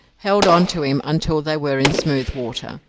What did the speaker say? held on to him until they were in smooth water,